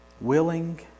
Willing